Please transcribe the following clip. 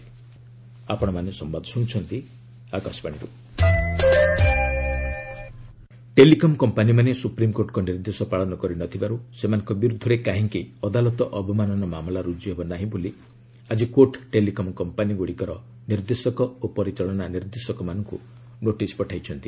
SC telcos telecom କମ୍ପାନୀମାନେ ସୁପ୍ରିମ୍କୋର୍ଟଙ୍କ ନିର୍ଦ୍ଦେଶ ପାଳନ କରିନଥିବାରୁ ସେମାନଙ୍କ ବିରୁଦ୍ଧରେ କାହିଁକି ଅଦାଲତ ଅବମାନନା ମାମଲା ରୁଜୁ ହେବ ନାହିଁ ବୋଲି ଆଜି କୋର୍ଟ୍ ଟେଲିକମ୍ କମ୍ପାନୀଗୁଡ଼ିକର ନିର୍ଦ୍ଦେଶକ ଓ ପରିଚାଳନା ନିର୍ଦ୍ଦେଶକ ମାନଙ୍କୁ ନୋଟିସ ପଠାଇଛନ୍ତି